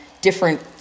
different